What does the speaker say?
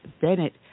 Bennett